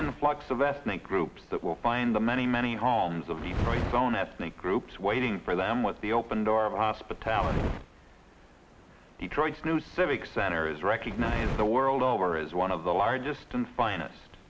influx of ethnic groups that will find the many many homes of the free zone ethnic groups waiting for them with the open door of hospitality detroit's new civic center is recognised the world over is one of the largest and finest